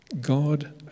God